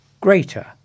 greater